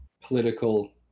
political